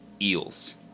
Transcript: eels